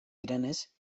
direnez